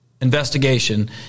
investigation